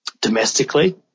domestically